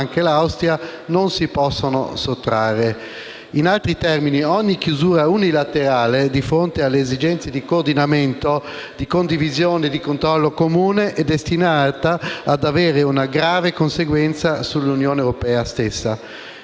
anche l'Austria, non si possono sottrarre. In altri termini, ogni chiusura unilaterale di fronte alle esigenze di coordinamento, di condivisione e di controllo comune, è destinata ad avere una grave conseguenza sull'Unione europea stessa.